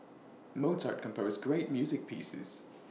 Mozart composed great music pieces